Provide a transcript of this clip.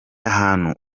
ahantu